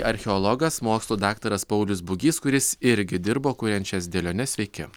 archeologas mokslų daktaras paulius bugys kuris irgi dirbo kuriant šias dėliones sveiki